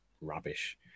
rubbish